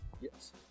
Yes